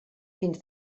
fins